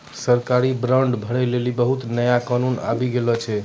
सरकारी बांड भरै लेली बहुते नया कानून आबि गेलो छै